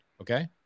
okay